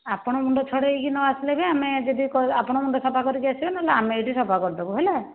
ଆପଣ ମୁଣ୍ଡ ଛଡ଼ାଇକି ନ ଆସିଲେ ବି ଆମେ ଯଦି ଆପଣ ମୁଣ୍ଡ ସଫା କରିକି ଆସିବେ ନହେଲେ ଆମେ ଏଠି ସଫା କରିଦେବୁ ହେଲା